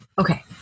okay